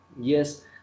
yes